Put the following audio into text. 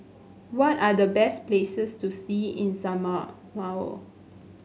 what are the best places to see in Samoa